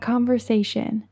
Conversation